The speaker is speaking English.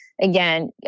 again